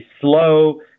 slow